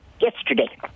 yesterday